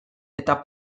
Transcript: eta